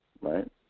right